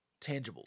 tangibles